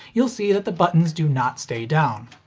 you'll see that the buttons do not stay down.